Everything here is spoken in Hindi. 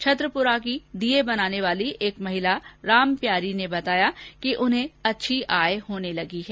छत्रपुरा की दीये बनाने वाली एक महिला रामप्यारी ने बताया कि उन्हें अच्छी आय हो रही है